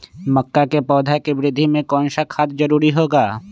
मक्का के पौधा के वृद्धि में कौन सा खाद जरूरी होगा?